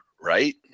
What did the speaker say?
right